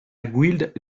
guilde